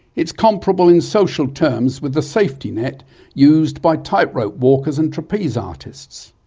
it is comparable in social terms with the safety net used by tight-rope walkers and trapeze artists.